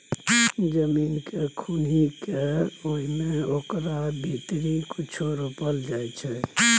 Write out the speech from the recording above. जमीन केँ खुनि कए कय ओकरा भीतरी कुछो रोपल जाइ छै